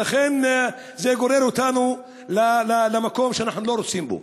ולכן זה גורר אותנו למקום שאנחנו לא רוצים בו.